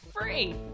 Free